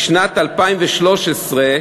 בשנת 2013,